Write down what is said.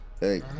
Hey